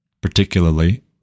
particularly